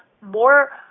more